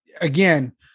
again